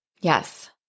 Yes